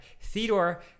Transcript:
theodore